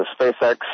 SpaceX